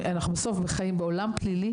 אנחנו בסוף חיים בעולם פלילי.